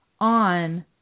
On